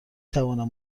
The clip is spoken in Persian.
توانم